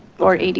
or